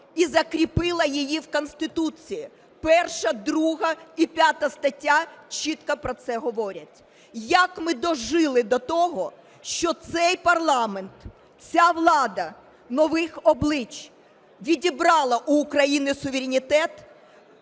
і закріпила її в Конституції, 1, 2 і 5 статті чітко про це говорять. Як ми дожили до того, що цей парламент, ця влада нових облич відібрала у України суверенітет